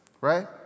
right